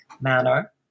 manner